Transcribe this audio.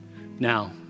now